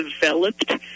developed